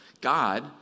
God